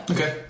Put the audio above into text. Okay